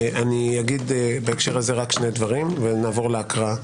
אומר בהקשר זה שני דברים ונעבור להקראה.